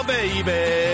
baby